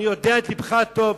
אני יודע את לבך הטוב,